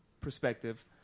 perspective